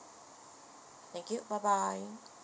thank you bye bye